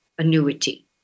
annuity